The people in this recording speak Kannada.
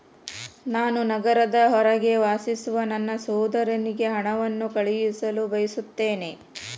ನಾನು ನಗರದ ಹೊರಗೆ ವಾಸಿಸುವ ನನ್ನ ಸಹೋದರನಿಗೆ ಹಣವನ್ನು ಕಳುಹಿಸಲು ಬಯಸುತ್ತೇನೆ